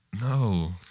No